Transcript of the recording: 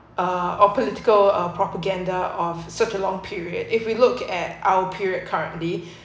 uh a political propaganda of such a long period if we look at our period currently